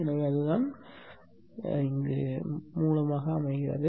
எனவே அதுதான் ஆதாரமாக அமைகிறது